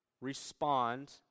respond